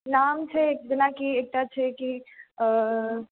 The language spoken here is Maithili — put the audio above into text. नाम छै जेनाकि एकटा छै कि